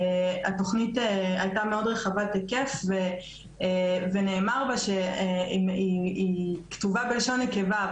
התוכנית הייתה מאוד רחבת היקף ונאמר בה שהיא כתובה בלשון נקבה.